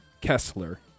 Kessler